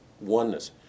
Oneness